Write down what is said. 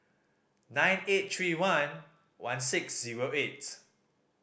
nine eight three one one six zero eight